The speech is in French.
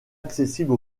accessible